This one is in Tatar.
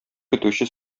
көтүче